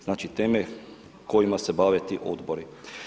Znači teme kojima se bave ti odbori.